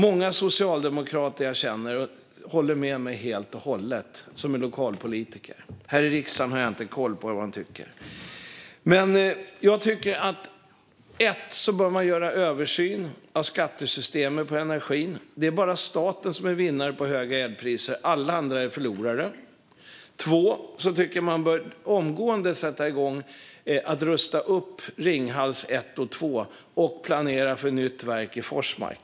Många socialdemokratiska lokalpolitiker som jag känner håller med mig helt och hållet; jag har inte koll på vad de här i riksdagen tycker. Man bör göra en översyn av skattesystemet för energin. Det är bara staten som vinner på höga elpriser; alla andra är förlorare. Man bör också omgående sätta igång med att rusta upp Ringhals 1 och 2 och planera för ett nytt verk i Forsmark.